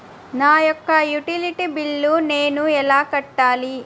నా యొక్క utility bill నేను ఎలా కట్టాలి?